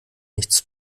nichts